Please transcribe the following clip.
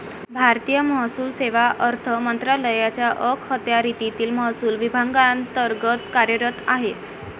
भारतीय महसूल सेवा अर्थ मंत्रालयाच्या अखत्यारीतील महसूल विभागांतर्गत कार्यरत आहे